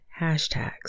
hashtags